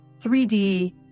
3D